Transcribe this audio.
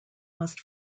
must